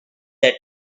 that